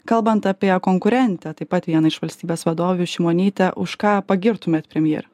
kalbant apie konkurentę taip pat vieną iš valstybės vadovių šimonytę už ką pagirtumėt premjerę